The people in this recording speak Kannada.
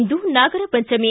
ಇಂದು ನಾಗರ ಪಂಚಮಿ